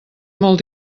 molt